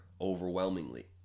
overwhelmingly